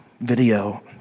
video